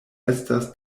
estas